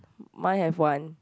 mine have one